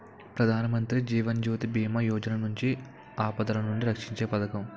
ప్రధానమంత్రి జీవన్ జ్యోతి బీమా యోజన మంచి ఆపదలనుండి రక్షీంచే పదకం